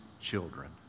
children